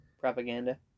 propaganda